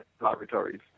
laboratories